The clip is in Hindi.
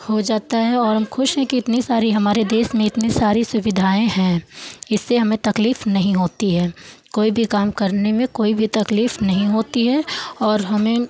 हो जाता है और हम खुश हैं के इतनी सारी हमारे देश में इतनी सारी सुविधाएं हैं इससे हमें तकलीफ़ नहीं होती है कोई भी काम करने में कोई भी तकलीफ़ नहीं होती है और हमें